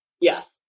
Yes